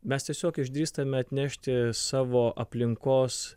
mes tiesiog išdrįstame atnešti savo aplinkos